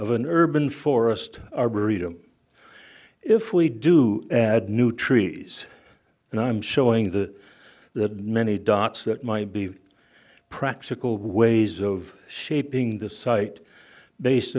of an urban forest arboretum if we do add new trees and i'm showing the that many dots that might be practical ways of shaping the site based